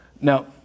Now